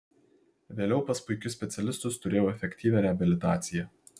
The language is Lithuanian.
vėliau pas puikius specialistus turėjau efektyvią reabilitaciją